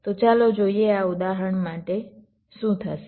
તો ચાલો જોઈએ આ ઉદાહરણ માટે શું થશે